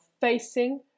facing